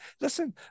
listen